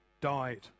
died